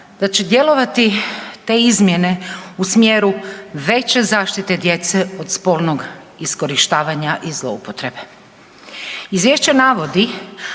da će djelovati te izmjene u smjeru veće zaštite djece od spolnog iskorištavanja i zloupotrebe. Izvješće navodi,